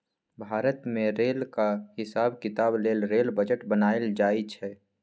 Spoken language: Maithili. भारत मे रेलक हिसाब किताब लेल रेल बजट बनाएल जाइ छै